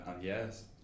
yes